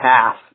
half